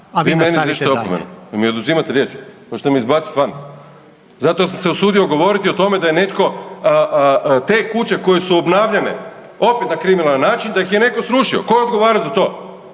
izričete opomenu jel' mi oduzimate riječ? Hoćete me izbaciti van zato jer sam se usudio govoriti o tome da je netko te kuće koje su obnavljane opet na kriminalan način da ih je netko srušio? Tko je odgovarao za to?